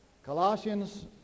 Colossians